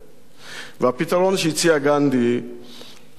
והפתרון שהציע גנדי לא מקובל עלי,